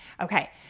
okay